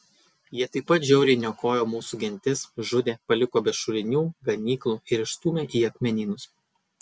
jie taip pat žiauriai niokojo mūsų gentis žudė paliko be šulinių ganyklų ir išstūmė į akmenynus